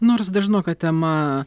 nors dažnoka tema